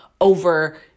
over